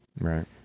Right